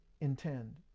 intend